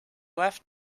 left